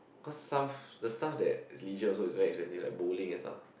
cause some the stuff that is leisure also is very expensive like bowling and stuff